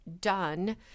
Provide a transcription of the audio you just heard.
Done